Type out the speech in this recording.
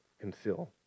conceal